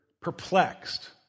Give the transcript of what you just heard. perplexed